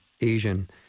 Asian